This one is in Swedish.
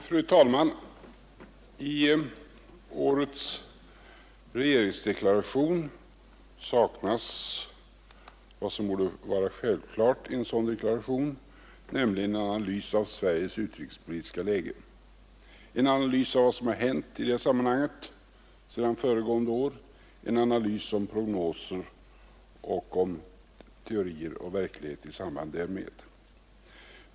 Fru talman! I dagens regeringsdeklaration saknas vad som borde vara självklart i en sådan deklaration, nämligen en analys av Sveriges utrikespolitiska läge, en analys av vad som hänt i det sammanhanget sedan föregående år, en analys av prognoser och av teorier och verklighet i samband därmed.